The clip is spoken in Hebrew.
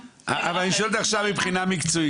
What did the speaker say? אבל אני שואל אותך עכשיו מבחינה מקצועית,